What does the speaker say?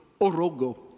Orogo